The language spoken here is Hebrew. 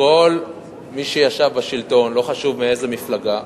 כל מי שישב בשלטון, לא חשוב מאיזו מפלגה,